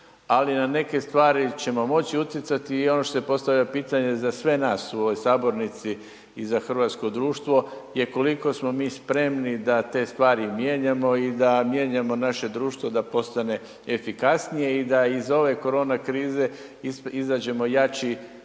ali na neke stvari ćemo moći utjecati i ono što se postavlja pitanje za sve nas u ovoj sabornici i za hrvatsko društvo je koliko smo mi spremni da te stvari mijenjamo i da mijenjamo naše društvo da postane efikasnije i da iz ove korona krize izađemo jači